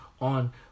on